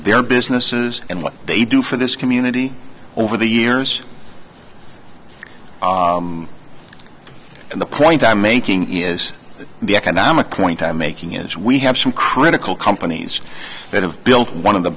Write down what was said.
their businesses and what they do for this community over the years and the point i'm making is the economic point i'm making is we have some critical companies that have built one of the